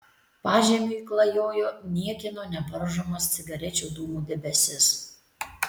pažemiui klajojo niekieno nevaržomas cigarečių dūmų debesis